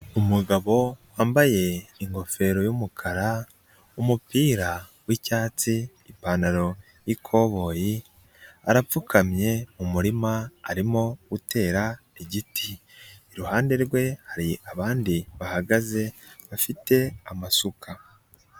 Umugabo wambaye ingofero y'umukara, umupira w'icyatsi, ipantaro y'ikoboyi arapfukamye mu murima arimo gutera igiti, iruhande rwe hari abandi bahagaze bafite amasuka.